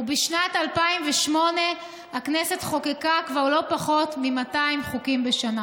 ובשנת 2008 הכנסת חוקקה כבר לא פחות מ-200 חוקים בשנה.